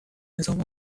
نظام